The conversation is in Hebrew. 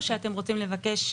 או שאתם רוצים לבקש,